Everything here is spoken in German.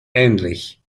ähnlich